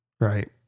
right